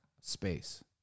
space